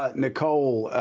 ah nicole,